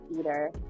Eater